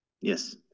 yes